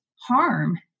harm